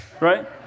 Right